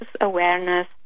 awareness